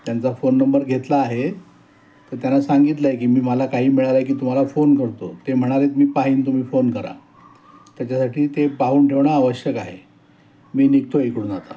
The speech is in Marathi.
त्यांचा फोन नंबर घेतला आहे तर त्यांना सांगितलं आहे की मी मला काही मिळालं आहे की तुम्हाला फोन करतो ते म्हणालेत मी पाहीन तुम्ही फोन करा त्याच्यासाठी ते पाहून ठेवणं आवश्यक आहे मी निघतो इकडून आता